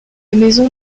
maison